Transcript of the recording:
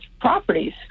properties